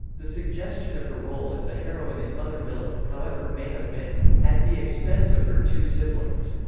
the suggestion of her role as the heroine in mother millett, however, may have been at the expense of her two siblings.